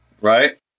Right